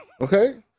Okay